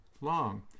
long